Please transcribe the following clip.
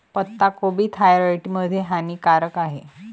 पत्ताकोबी थायरॉईड मध्ये हानिकारक आहे